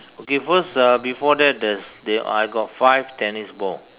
okay first uh before that there's there I got five tennis ball